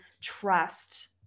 trust